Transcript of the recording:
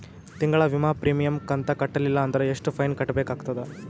ತಿಂಗಳ ವಿಮಾ ಪ್ರೀಮಿಯಂ ಕಂತ ಕಟ್ಟಲಿಲ್ಲ ಅಂದ್ರ ಎಷ್ಟ ಫೈನ ಕಟ್ಟಬೇಕಾಗತದ?